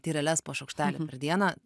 tyreles po šaukštelį per dieną